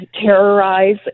terrorize